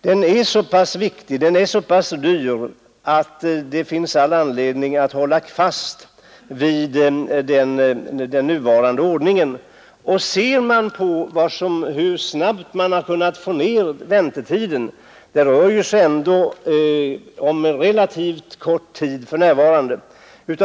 Den är så pass viktig, med hänsyn till att det gäller så dyra hjälpmedel, att det finns all anledning att hålla fast vid den nuvarande ordningen. Om vi undersöker hur man har kunnat få ned väntetiden, finner vi att det ändå för närvarande rör sig om en relativt kort tid.